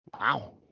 Wow